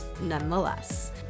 nonetheless